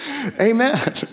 amen